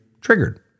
triggered